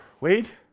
wait